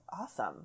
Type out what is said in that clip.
Awesome